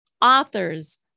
authors